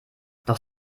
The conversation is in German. doch